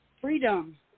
Freedom